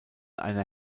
einer